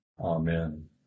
Amen